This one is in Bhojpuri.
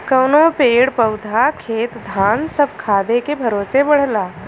कउनो पेड़ पउधा खेत धान सब खादे के भरोसे बढ़ला